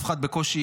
בקושי,